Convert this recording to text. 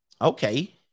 Okay